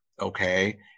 okay